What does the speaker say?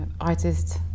artist